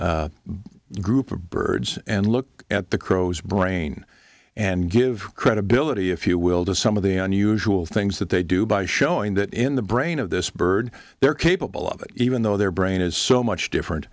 particular group of birds and look at the crows brain and give credibility if you will to some of the unusual things that they do by showing that in the brain of this bird they're capable of it even though their brain is so much different